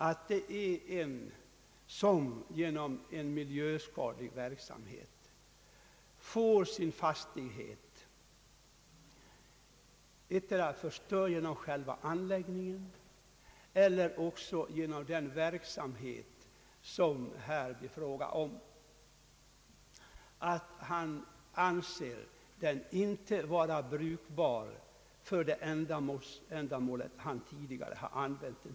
Antag att en person genom miljöskadlig verksamhet får sin fastighet förstörd, antingen genom själva anläggningen eller genom den verksamhet som det här är fråga om, så att han anser den vara obrukbar för det ändamål vartill den tidigare har använts.